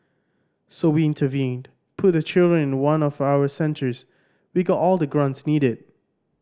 so we intervened put the children in one of our centres we got all the grants needed